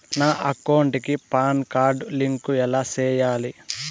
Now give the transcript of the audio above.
నా అకౌంట్ కి PAN card link ఎలా సేయాలి